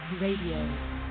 Radio